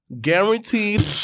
Guaranteed